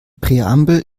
präambel